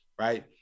Right